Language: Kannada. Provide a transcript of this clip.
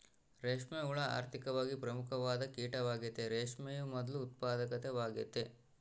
ರೇಷ್ಮೆ ಹುಳ ಆರ್ಥಿಕವಾಗಿ ಪ್ರಮುಖವಾದ ಕೀಟವಾಗೆತೆ, ರೇಷ್ಮೆಯ ಮೊದ್ಲು ಉತ್ಪಾದಕವಾಗೆತೆ